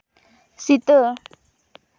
ᱥᱤᱛᱟᱹ